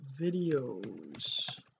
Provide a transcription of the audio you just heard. videos